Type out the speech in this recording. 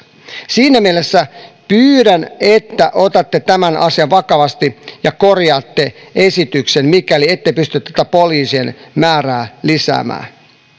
siinä mielessä pyydän että otatte tämän asian vakavasti ja korjaatte esityksen mikäli ette pysty tätä poliisien määrää lisäämään